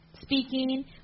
speaking